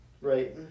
Right